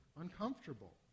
uncomfortable